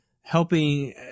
helping